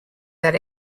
that